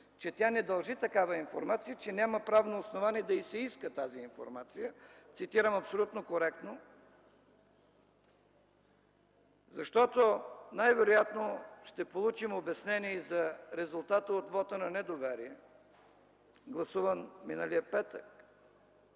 че тя не дължи такава информация, че няма правно основание да й се иска тази информация – цитирам абсолютно коректно, защото най-вероятно ще получим обяснение, и за резултата от вота на недоверие, гласуван миналия петък.